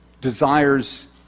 desires